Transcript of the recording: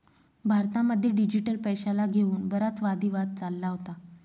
भारतामध्ये डिजिटल पैशाला घेऊन बराच वादी वाद चालला होता